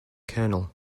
kernel